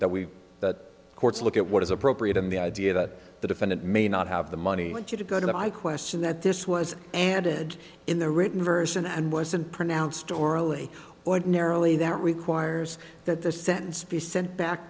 that we that courts look at what is appropriate in the idea that the defendant may not have the money to go to that i question that this was and did in the written version and wasn't pronounced orally ordinarily that requires that the sentence be sent back